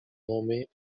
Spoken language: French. nommée